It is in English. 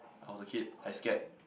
I was a kid I scared